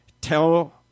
tell